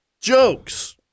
jokes